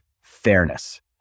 fairness